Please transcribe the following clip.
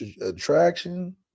attraction